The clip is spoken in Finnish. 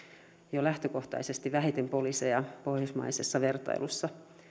jo lähtökohtaisesti vähiten poliiseja pohjoismaisessa vertailussa